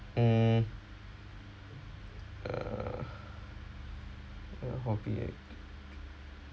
mm uh a hobby eh